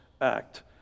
act